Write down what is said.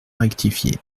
rectifié